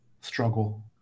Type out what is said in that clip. struggle